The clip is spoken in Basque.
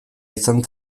izan